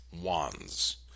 wands